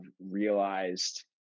realized